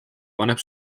paneb